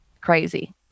crazy